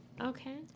okay